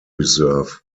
reserve